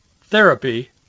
therapy